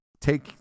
take